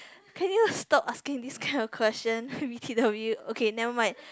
can you stop asking this kind of question wicked of you okay never mind